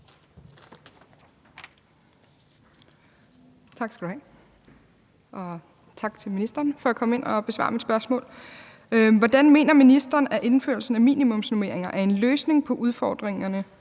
Hvordan mener ministeren at indførelsen af minimumsnormeringer er en løsning på udfordringerne